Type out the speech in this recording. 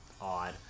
odd